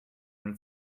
and